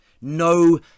No